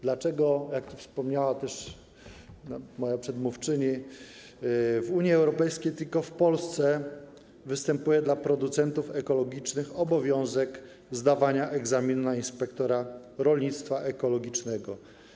Dlaczego, jak wspomniała też moja przedmówczyni, w Unii Europejskiej tylko w Polsce dla producentów ekologicznych występuje obowiązek zdawania egzaminu na inspektora rolnictwa ekologicznego?